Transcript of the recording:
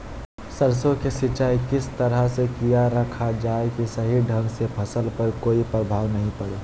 सरसों के सिंचाई किस तरह से किया रखा जाए कि सही ढंग से फसल पर कोई प्रभाव नहीं पड़े?